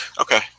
Okay